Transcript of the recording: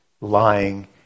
lying